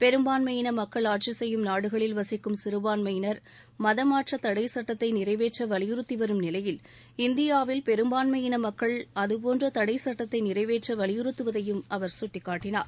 பெரும்பான்மை இன மக்கள் ஆட்சி செய்யும் நாடுகளில் வசிக்கும் சிறுபான்மையினர் மதமாற்ற தடை சட்டத்தை நிறைவேற்ற வலியுறுத்தி வரும் நிலையில் இந்தியாவில் பெரும்பான்மையின மக்கள் அதுபோன்ற தடை சட்டத்தை நிறைவேற்ற வலியுறுத்துவதையும் அவர் சுட்டிக்காட்டினார்